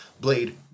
Blade